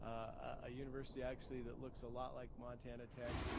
a university actually that looks a lot like montana tech.